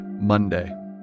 Monday